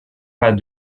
pas